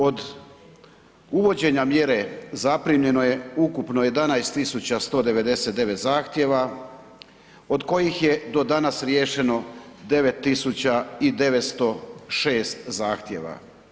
Od uvođenja mjere zaprimljeno je ukupno 11 tisuća 199 zahtjeva, od kojih je do danas riješeno 9906 zahtjeva.